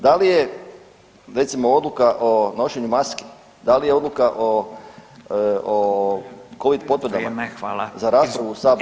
Da li je recimo odluka o nošenju maski, da li je odluka o covid potvrdama za raspravu